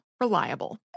reliable